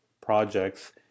projects